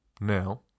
now